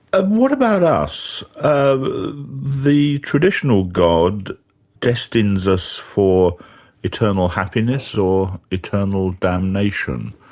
and what about us? um the traditional god destines us for eternal happiness or eternal damnation.